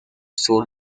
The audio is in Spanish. sur